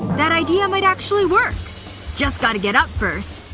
that idea might actually work just gotta get up, first